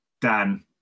Dan